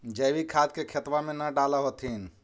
जैवीक खाद के खेतबा मे न डाल होथिं?